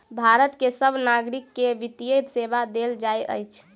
भारत के सभ नागरिक के वित्तीय सेवा देल जाइत अछि